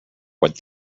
what